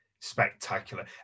spectacular